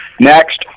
Next